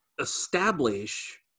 establish